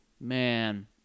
Man